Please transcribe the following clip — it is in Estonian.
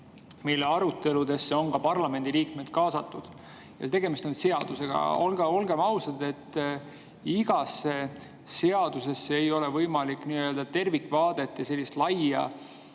mille aruteludesse on ka parlamendiliikmed kaasatud. Tegemist on seadusega. Olgem ausad, igasse seadusesse ei ole võimalik nii-öelda tervikvaadet ja sellist laia